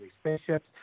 spaceships